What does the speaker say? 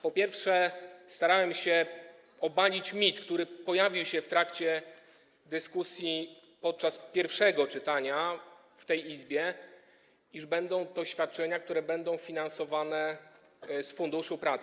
Po pierwsze, starałem się obalić mit, który pojawił się w trakcie dyskusji podczas pierwszego czytania w tej Izbie, iż będą to świadczenia, które będą finansowane z Funduszu Pracy.